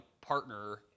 partner